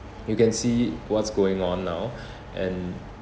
you can see what's going on now and